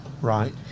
Right